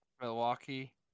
Milwaukee